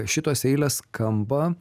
šitos eilės skamba